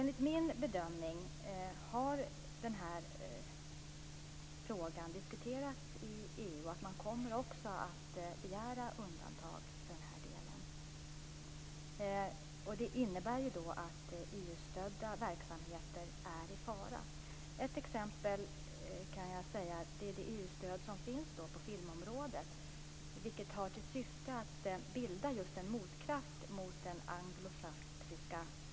Enligt min bedömning har frågan diskuterats i EU, och man kommer också att begära undantag för den här delen. Det innebär att EU-stödda verksamheter är i fara. Ett exempel är det EU-stöd som finns på filmområdet vilket har till syfte att bilda en motkraft mot den anglosaxiska filmindustrin.